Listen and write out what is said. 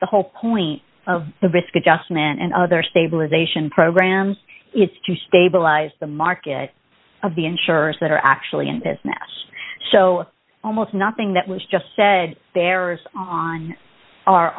the whole point of the risk adjustment and other stabilization programs is to stabilize the market of the insurers that are actually in this mess so almost nothing that was just said there is on our